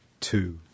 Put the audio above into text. Two